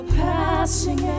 passing